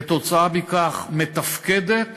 כתוצאה מכך היא מתפקדת